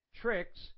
tricks